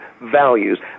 values